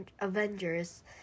Avengers